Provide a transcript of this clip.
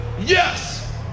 Yes